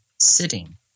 sitting